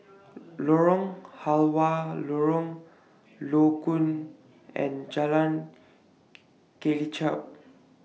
Lorong Halwa Lorong Low Koon and Jalan Kelichap